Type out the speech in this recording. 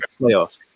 playoffs